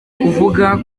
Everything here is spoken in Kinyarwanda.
kuvuga